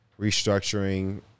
Restructuring